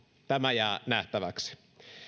tämä jää nähtäväksi